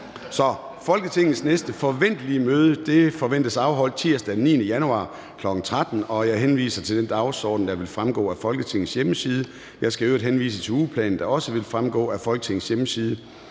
Folketingets næste forventelige møde afholdes tirsdag den 9. januar 2024, kl. 13.00. Jeg henviser til den dagsorden, der vil fremgå af Folketingets hjemmeside. Jeg skal øvrigt henvise til ugeplanen, der også vil fremgå af Folketingets hjemmeside.